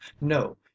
no